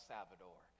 Salvador